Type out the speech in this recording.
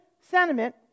sentiment